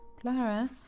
Clara